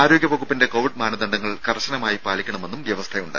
ആരോഗ്യ വകുപ്പിന്റെ കോവിഡ് മാനദണ്ഡങ്ങൾ കർശനമായി പാലിക്കണമെന്നും വ്യവസ്ഥയുണ്ട്